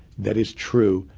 that is true,